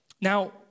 Now